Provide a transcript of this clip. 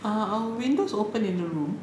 are our windows open in the room